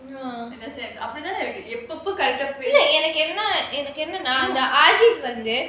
in a sense அப்படித்தானே இருக்கு எப்பபோ:apdithaanae iruku epapo correct எனக்கு என்னனா:enakku ennaanaa aajeedh வந்து:vanthu